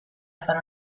fare